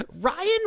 Ryan